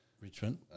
Richmond